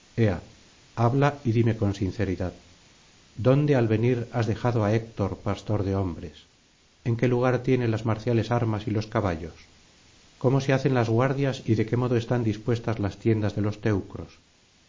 habla y dime con sinceridad dónde al venir has dejado á héctor pastor de hombres en qué lugar tiene las marciales armas y los caballos cómo se hacen las guardias y de qué modo están dispuestas las tiendas de los teucros